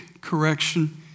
correction